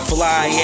Fly